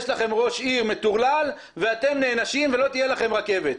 יש לכם ראש עיר מטורלל ואתם נענשים ולא תהיה לכם רכבת.